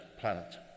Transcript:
planet